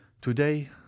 today